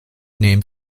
named